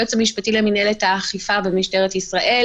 היועץ המשפטי למינהלת האכיפה במשטרת ישראל